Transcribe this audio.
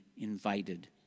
invited